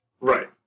Right